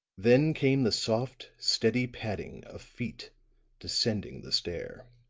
then came the soft, steady padding of feet descending the stair.